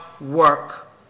work